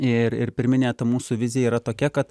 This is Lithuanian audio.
ir ir pirminė ta mūsų vizija yra tokia kad